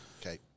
Okay